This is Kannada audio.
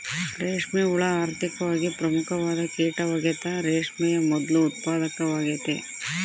ರೇಷ್ಮೆ ಹುಳ ಆರ್ಥಿಕವಾಗಿ ಪ್ರಮುಖವಾದ ಕೀಟವಾಗೆತೆ, ರೇಷ್ಮೆಯ ಮೊದ್ಲು ಉತ್ಪಾದಕವಾಗೆತೆ